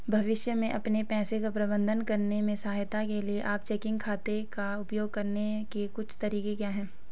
भविष्य में अपने पैसे का प्रबंधन करने में सहायता के लिए आप चेकिंग खाते का उपयोग करने के कुछ तरीके क्या हैं?